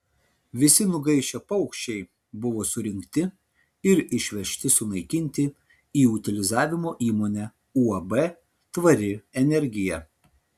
visi nugaišę paukščiai buvo surinkti ir išvežti sunaikinti į utilizavimo įmonę uab tvari energija